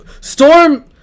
Storm